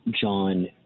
John